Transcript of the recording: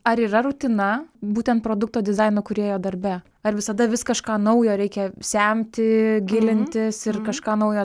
ar yra rutina būtent produkto dizaino kūrėjo darbe ar visada vis kažką naujo reikia semti gilintis ir kažką naujo